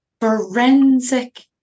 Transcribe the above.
forensic